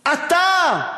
אתה,